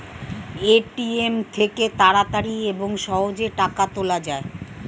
ATM থেকে তাড়াতাড়ি এবং সহজে টাকা তোলা যায়